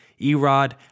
Erod